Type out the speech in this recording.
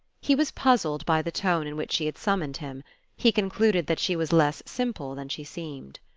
he was puzzled by the tone in which she had summoned him he concluded that she was less simple than she seemed.